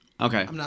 Okay